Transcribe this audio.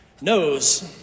knows